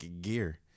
gear